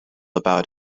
about